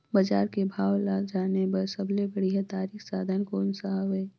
बजार के भाव ला जाने बार सबले बढ़िया तारिक साधन कोन सा हवय?